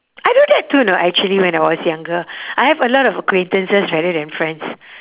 I do that too know actually when I was younger I have a lot of acquaintances rather than friends